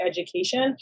education